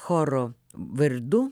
choro vardu